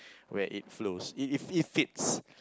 where it flows if if if fits